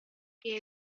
que